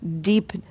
deep